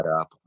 up